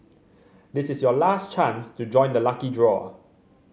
this is your last chance to join the lucky draw